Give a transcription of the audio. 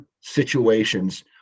situations